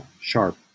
sharp